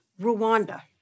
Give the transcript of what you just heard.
Rwanda